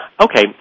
Okay